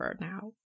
now